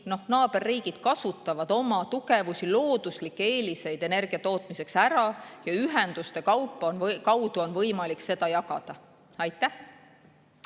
naaberriigid kasutavad oma tugevusi, looduslikke eeliseid energia tootmiseks ära ja ühenduste kaudu on võimalik seda jagada.